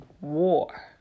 war